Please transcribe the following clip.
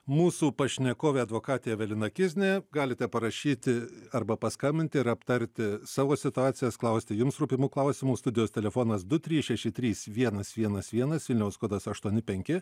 mūsų pašnekovė advokatė evelina kiznė galite parašyti arba paskambinti ir aptarti savo situacijas klausti jums rūpimų klausimų studijos telefonas du trys šeši trys vienas vienas vienas vilniaus kodas aštuoni penki